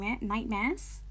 nightmares